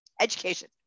education